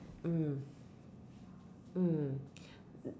mm mm